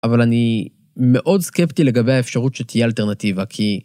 אבל אני מאוד סקפטי לגבי האפשרות שתהיה אלטרנטיבה, כי...